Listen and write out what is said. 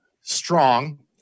strong